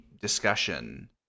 discussion